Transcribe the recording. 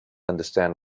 understand